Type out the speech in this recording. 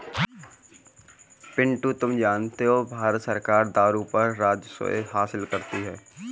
पिंटू तुम जानते हो भारत सरकार दारू पर राजस्व हासिल करती है